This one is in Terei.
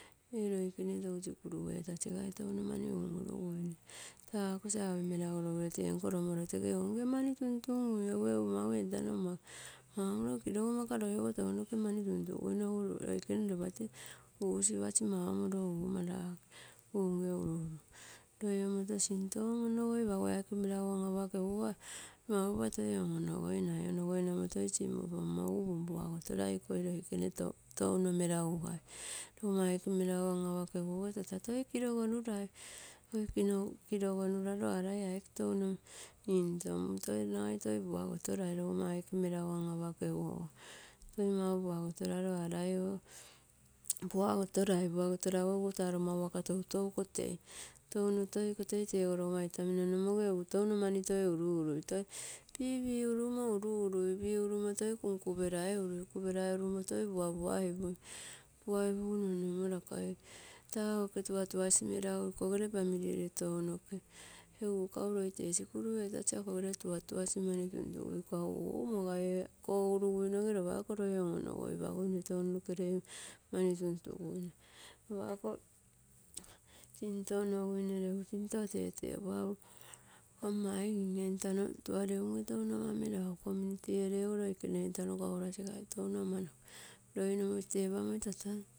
Ee loikene tou sikuru etasigai touno mani un-uruguine taa save meragu logiro tee nko lomoro tege unge mani tuntungui egu ee mau entano ama kimoriro kirogomuka loiogo tounoke mani tuntngu nogu, loikene lopate usipasi mamoriro umarake, un ee ung uru loi omoto sinto on onogoipagui aike meragu an apakeguogo mau lopa toi on-oonogoinai onogoina mo toi sin-opommo egu punpuagotorai iko loikene touno meragugai. Logomma aike meragu an apakegu ogo tata toi kirogonurai toi kirogonuraro arai ia aike touno into nagai toi puagotorai logomma aike. Meragu an-apakeguogo, toi mau puagotorai, araio, puagotorai, puagotoragu egu taa logomma waka toutou kotei. Tou toi kotei tego logomma itamino nomogeogo tou mani toi uru-urui toi pipiurumo uru-urui piurumo toi kunkuperaiurui. Kuperaiurumo toi puapuaipum puaipugu nonmomorakai, taa oke tuatuasi, akau umogai koguruinoge lopa ako loi on-onogoipagui tounokerei mani tuntugui lopa ako sinto onoguine regu, sinto tetepo apo amma maigin entano tuare unge touna ama meragu community erege loikene entano kaurasiga touno amanoko loi nomoto tepamoi tata.